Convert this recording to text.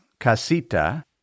Casita